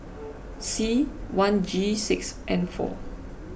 C one G six N four